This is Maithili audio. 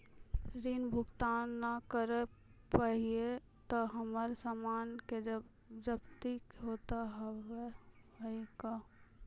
ऋण भुगतान ना करऽ पहिए तह हमर समान के जब्ती होता हाव हई का?